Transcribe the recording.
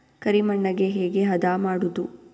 ಕರಿ ಮಣ್ಣಗೆ ಹೇಗೆ ಹದಾ ಮಾಡುದು?